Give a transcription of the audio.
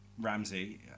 Ramsey